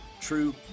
true